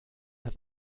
hat